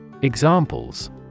Examples